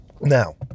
Now